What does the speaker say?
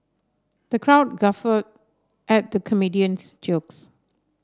the crowd guffawed at the comedian's jokes